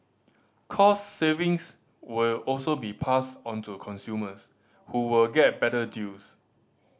cost savings will also be passed onto consumers who will get better deals